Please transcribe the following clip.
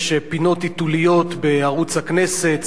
יש פינות היתוליות בערוץ הכנסת,